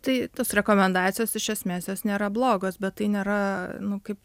tai tos rekomendacijos iš esmės jos nėra blogos bet tai nėra kaip